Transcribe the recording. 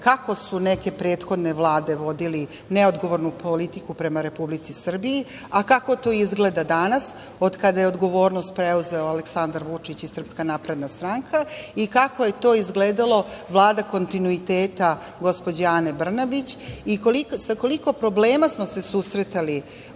kako su neke prethodne vlade vodile neodgovornu politiku prema Republici Srbiji, a kako to izgleda danas od kada je odgovornost preuzeo Aleksandar Vučić i SNS i kako je izgledala Vlada kontinuiteta gospođe Ane Brnabić i sa koliko problema smo se susretali